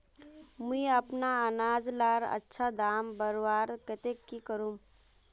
मुई अपना अनाज लार अच्छा दाम बढ़वार केते की करूम?